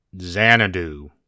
Xanadu